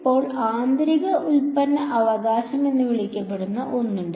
ഇപ്പോൾ ആന്തരിക ഉൽപ്പന്ന അവകാശം എന്ന് വിളിക്കപ്പെടുന്ന ഒന്നുണ്ട്